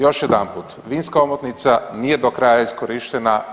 Još jedanput, vinska omotnica nije do kraja iskorištena.